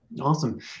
Awesome